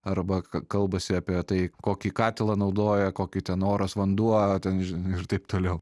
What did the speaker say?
arba k kalbasi apie tai kokį katilą naudoja kokį ten oras vanduo ten ž ir taip toliau